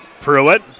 Pruitt